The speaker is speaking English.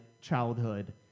childhood